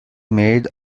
made